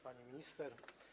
Pani Minister!